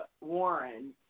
Warren